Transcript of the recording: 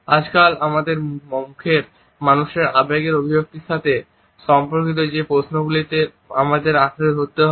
আজকাল আমাদের মুখের মানুষের আবেগের অভিব্যক্তির সাথে সম্পর্কিত যে প্রশ্নগুলিকে আমাদের আঁকড়ে ধরতে হয়